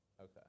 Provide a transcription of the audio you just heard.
Okay